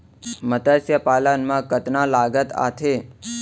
मतस्य पालन मा कतका लागत आथे?